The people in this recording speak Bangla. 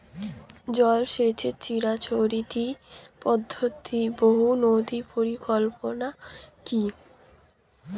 জল সেচের চিরাচরিত পদ্ধতি বহু নদী পরিকল্পনা কি?